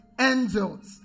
angels